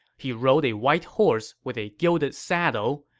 he rode a white horse with a gilded saddle.